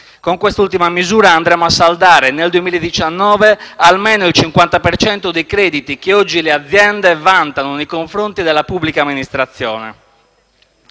Con quest'ultima misura andremo a saldare nel 2019 almeno il 50 per cento dei crediti che oggi le aziende vantano nei confronti della pubblica amministrazione.